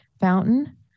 fountain